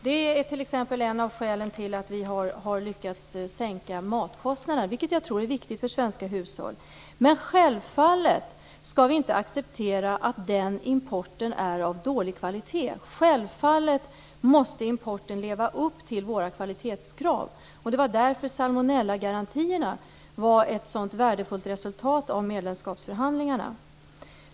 Det är t.ex. ett av skälen till att vi har lyckats sänka matkostnaderna, vilket jag tror är viktigt för svenska hushåll. Självfallet skall vi dock inte acceptera att denna import är av dålig kvalitet. Importen måste naturligtvis leva upp till våra kvalitetskrav. Det var därför som salmonellagarantierna var ett så värdefullt resultat av medlemskapsförhandlingarna.